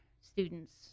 students